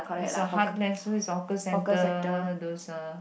is a heartlands so is hawker center those uh